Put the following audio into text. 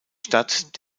stadt